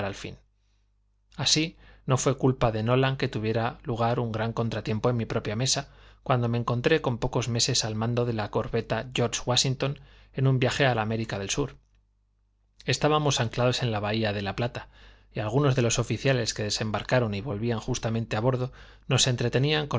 al fin así no fué culpa de nolan que tuviera lugar un gran contratiempo en mi propia mesa cuando me encontré por pocos meses al mando de la corbeta george washington en un viaje a la américa del sur estábamos anclados en la bahía de la plata y algunos de los oficiales que desembarcaron y volvían justamente a bordo nos entretenían